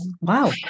Wow